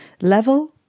level